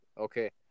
okay